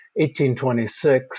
1826